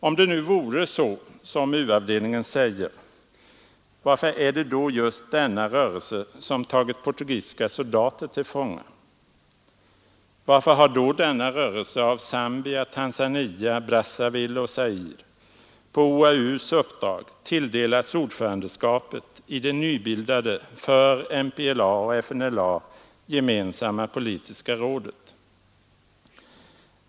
Om det nu vore så som u-avdelningen säger, varför är det då just denna rörelse som tagit portugisiska soldater till fånga? Varför har då denna rörelse av Zambia, Tanzania, Brazzaville och Zaire på OAU:s uppdrag tilldelats ordförandeskapet i det nybildade, för MPLA och FNLA gemensamma politiska rådet?